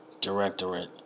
directorate